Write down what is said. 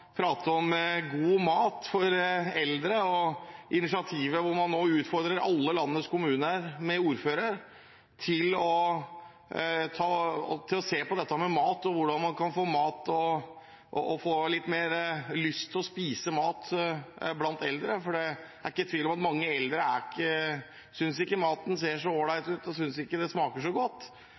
prate om god mat for eldre, initiativet hvor man nå utfordrer alle landets kommuner med ordfører til å se på dette med mat, og hvordan eldre kan få litt mer lyst til å spise mat. Det er ikke tvil om at mange eldre ikke synes maten ser så ålreit ut, og ikke synes det smaker så godt.